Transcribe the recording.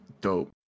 dope